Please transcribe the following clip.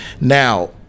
Now